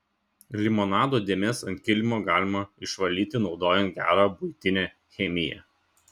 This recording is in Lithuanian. limonado dėmes ant kilimo galima išvalyti naudojant gerą buitinę chemiją